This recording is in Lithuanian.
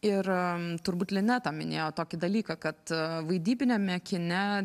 ir turbūt lineta minėjo tokį dalyką kad vaidybiniame kine